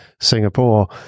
Singapore